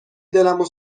دلمو